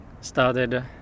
started